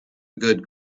good